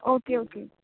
okay okay